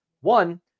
One